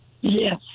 Yes